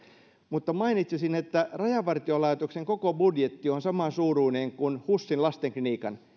mutta mainitsisin että rajavartiolaitoksen koko budjetti on samansuuruinen kuin husin lastenklinikan